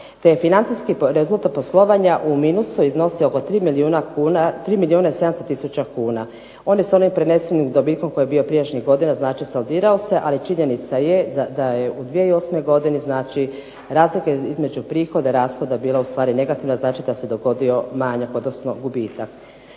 financijski rezultat poslovanja u minusu iznosio oko 3 milijuna i 700 tisuća kuna, oni su neprenesenim dobitkom koji je bio prijašnjih godina, znači solidirao se ali činjenica je da je u 2008. godini razlika između prihoda i rashoda bila negativna znači da se dogodio manjak, odnosno gubitak.